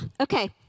okay